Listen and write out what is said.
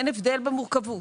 אין הבדל במורכבות.